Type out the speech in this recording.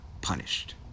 punished